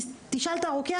תשאל את הרוקח,